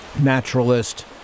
naturalist